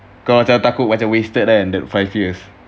kau macam takut macam wasted kan that five years